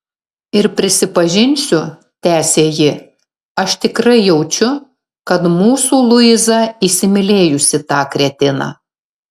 ir prisipažinsiu tęsė ji aš tikrai jaučiu kad mūsų luiza įsimylėjusi tą kretiną